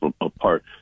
apart